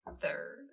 third